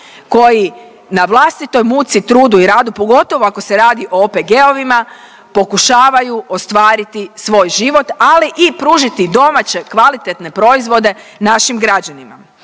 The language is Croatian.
koji na vlastitoj muci, trudu i radu, pogotovo ako se radi o OPG-ovima, pokušavaju ostvariti svoj život ali i pružiti domaće kvalitetne proizvode našim građanima.